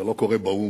זה לא קורה באו"ם,